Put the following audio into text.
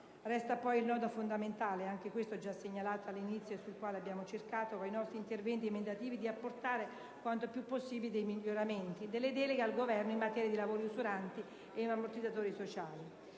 Resta poi il nodo fondamentale, anche questo già segnalato all'inizio e sul quale abbiamo cercato con i nostri interventi emendativi di apportare quanto più possibile dei miglioramenti, delle deleghe al Governo in materia di lavori usuranti e di ammortizzatori sociali.